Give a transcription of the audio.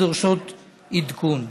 ודורשות עדכון.